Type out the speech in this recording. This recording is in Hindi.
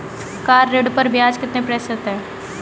कार ऋण पर ब्याज कितने प्रतिशत है?